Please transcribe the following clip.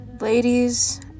Ladies